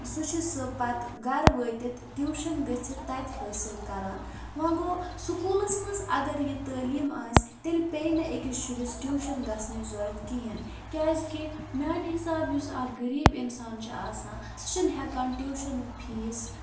سُہ چھِ سُہ پَتہٕ گَرٕ وٲتِتھ ٹیوٗشَن گٔژھِتھ تَتہِ حٲصِل کَران وۄنۍ گوٚو سکوٗلَس منٛز اگر یہِ تعلیٖم آسہِ تیٚلہِ پیٚیہِ نہٕ أکِس شُرِس ٹیوٗشَن گژھنٕچ ضروٗرَت کِہیٖنۍ کیٛازِکہِ میٛانہِ حساب یُس اَکھ غریٖب اِنسان چھِ آسان سُہ چھِنہٕ ہٮ۪کان ٹیوٗشَنُک فیٖس